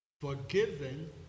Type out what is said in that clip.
forgiven